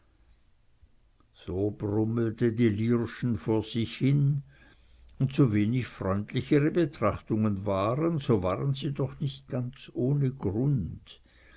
so brummelte die lierschen vor sich hin und so wenig freundlich ihre betrachtungen waren so waren sie doch nicht ganz ohne grund